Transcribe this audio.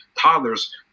toddlers